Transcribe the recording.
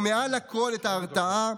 ומעל לכול את ההרתעה,